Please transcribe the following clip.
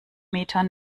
meter